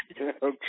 Okay